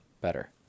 better